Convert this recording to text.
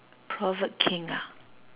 proverb king ah